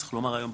צריך לומר היום,